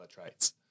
traits